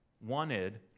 wanted